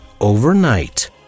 overnight